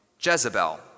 Jezebel